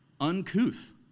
uncouth